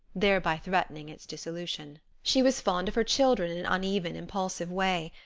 thereby threatening its dissolution. she was fond of her children in an uneven, impulsive way.